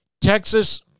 Texas